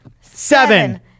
seven